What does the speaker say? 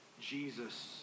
Jesus